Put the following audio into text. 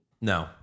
No